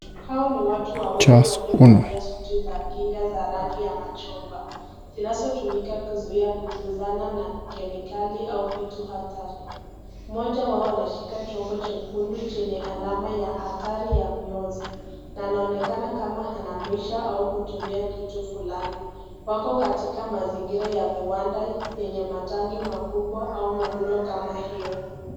Hao ni watu wawili waliovalia suti za kinga za rangi ya machungwa zinazotumika kuzuia kuguzana na kemikali au vitu hatari. Mmoja wao anashika chombo chekundu chenye alama ya hatari ya mionzi na anaonekana kama anahamisha au kutumia kitu fulani. Wako katika mazingira ya viwanda yenye matangi makubwa au miundo kama hiyo.